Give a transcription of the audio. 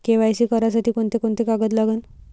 KYC करासाठी कोंते कोंते कागद लागन?